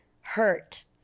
hurt